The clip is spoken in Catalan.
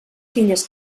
filles